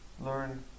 learn